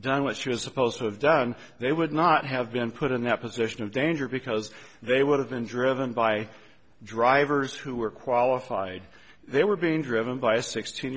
done what she was supposed to have done they would not have been put in the position of danger because they would have been driven by drivers who were qualified they were being driven by a sixteen